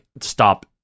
stop